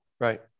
right